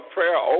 Prayer